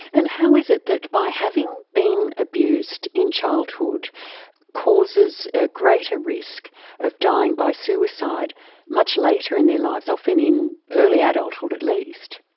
and how is it that by having been abused in childhood causes a greater risk of dying by suicide much later in their lives, often in early adulthood at least?